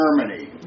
Germany